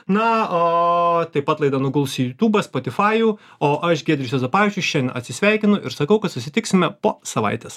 na o taip pat laida nuguls į jutūbą spotifajų o aš giedrius juozapavičius šiandien atsisveikinu ir sakau kad susitiksime po savaitės